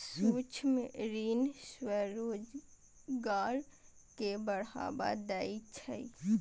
सूक्ष्म ऋण स्वरोजगार कें बढ़ावा दै छै